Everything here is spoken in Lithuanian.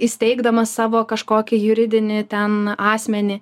įsteigdamas savo kažkokį juridinį ten asmenį